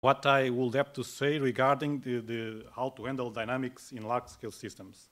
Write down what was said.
מה שאני צריך להגיד לגבי איך לטפל בדינמיקה במערכות גדולות.